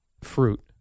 fruit